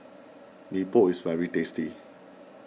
Mee Pok is very tasty